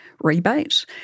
rebate